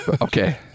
okay